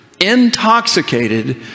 intoxicated